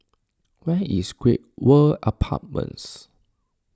where is Great World Apartments